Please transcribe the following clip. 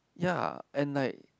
ya and like